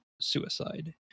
suicide